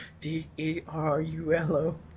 D-E-R-U-L-O